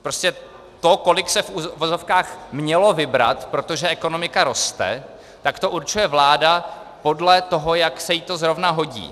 Prostě to, kolik se v uvozovkách mělo vybrat, protože ekonomika roste, to určuje vláda podle toho, jak se jí to zrovna hodí.